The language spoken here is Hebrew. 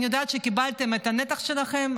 אני יודעת שקיבלתם את הנתח שלכם,